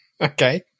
Okay